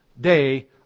day